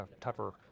tougher